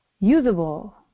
usable